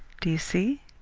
do you see?